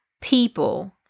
people